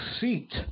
seat